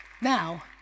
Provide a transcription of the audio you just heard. Now